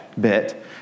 Bit